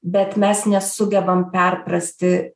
bet mes nesugebam perprasti